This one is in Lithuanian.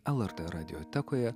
lrt radiotekoje